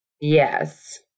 Yes